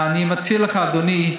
אני מציע לך, אדוני,